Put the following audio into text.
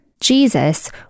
Jesus